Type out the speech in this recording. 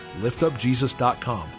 liftupjesus.com